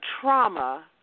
trauma